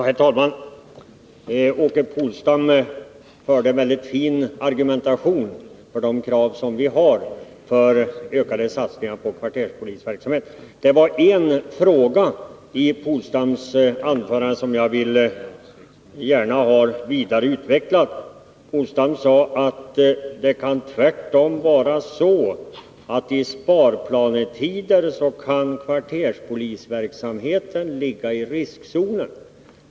Herr talman! Åke Polstam hade en mycket fin argumentation för de krav som vi har på ökade satsningar på kvarterspolisverksamheten. Men det var en fråga i hans anförande som jag gärna vill ha ytterligare utvecklad. Åke Polstam sade att det tvärtom kan vara så att kvarterspolisverksamheten i sparplanetider ligger i riskzonen.